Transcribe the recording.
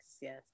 Yes